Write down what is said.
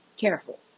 Careful